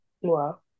Wow